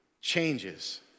changes